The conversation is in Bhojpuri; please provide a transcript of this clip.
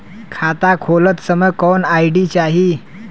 खाता खोलत समय कौन आई.डी चाही?